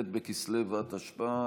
ט' בכסלו התשפ"א,